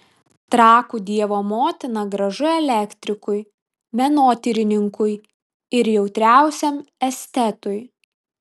trakų dievo motina gražu elektrikui menotyrininkui ir jautriausiam estetui